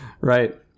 Right